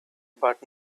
but